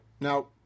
Now